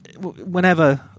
whenever